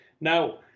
Now